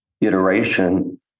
iteration